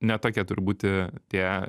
ne tokie turi būti tie